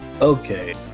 Okay